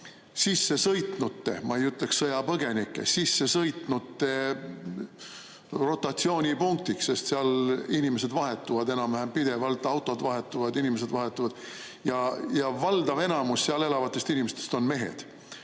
sissesõitnute, ma ei ütleks, et sõjapõgenike, vaid sissesõitnute rotatsioonipunktiks. Seal inimesed vahetuvad enam-vähem pidevalt, autod vahetuvad, inimesed vahetuvad. Valdav enamus seal elavatest inimestest on mehed.